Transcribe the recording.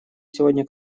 сегодня